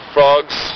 Frogs